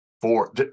four